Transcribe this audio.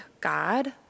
God